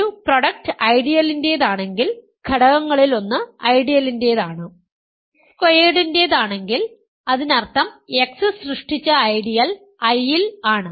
ഒരു പ്രൊഡക്ട് ഐഡിയലിന്റേതാണെങ്കിൽ ഘടകങ്ങളിൽ ഒന്ന് ഐഡിയലുകലിന്റേതാണ് X സ്ക്വയർഡ് ന്റേതാണെങ്കിൽ അതിനർത്ഥം X സൃഷ്ടിച്ച ഐഡിയൽ I ഇൽ ആണ്